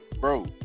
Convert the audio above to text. bro